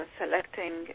selecting